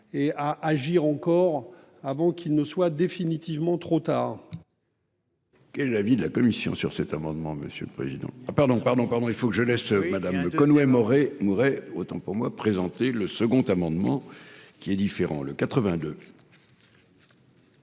et à agir avant qu'il ne soit définitivement trop tard.